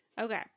Okay